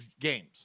games